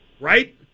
Right